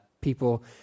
people